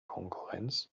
konkurrenz